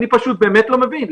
אני באמת לא מבין.